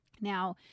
Now